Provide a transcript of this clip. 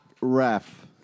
ref